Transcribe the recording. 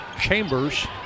Chambers